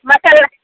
मसल्ला